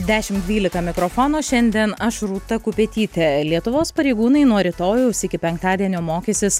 dešim dvylika mikrofono šiandien aš rūta kupetytė lietuvos pareigūnai nuo rytojaus iki penktadienio mokysis